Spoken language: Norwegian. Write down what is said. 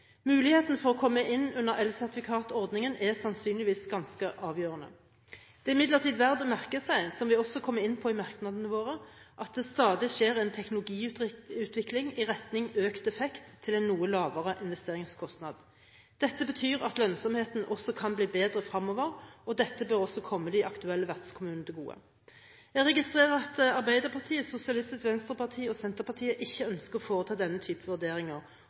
Muligheten for å komme innunder elsertifikatordningen er sannsynligvis ganske avgjørende. Det er imidlertid verdt å merke seg, som vi også kommer inn på i merknadene våre, at det skjer en stadig teknologiutvikling i retning økt effekt til en noe lavere investeringskostnad. Dette betyr at lønnsomheten kan bli bedre fremover, og dette bør også komme de aktuelle vertskommunene til gode. Jeg registrerer at Arbeiderpartiet, Sosialistisk Venstreparti og Senterpartiet ikke ønsker å foreta denne type vurderinger,